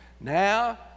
Now